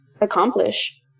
accomplish